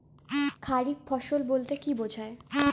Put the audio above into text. খারিফ ফসল বলতে কী বোঝায়?